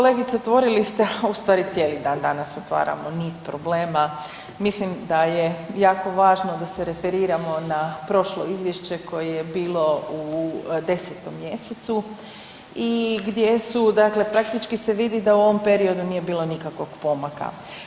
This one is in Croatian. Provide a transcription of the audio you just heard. Pa kolegice otvorili ste, ustvari cijeli dan danas otvaramo niz problema, mislim da je jako važno da se referiramo na prošlo izvješće koje je bilo u 10. mjesecu i gdje se praktički vidi da u ovom periodu nije bilo nikakvog pomaka.